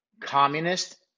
communist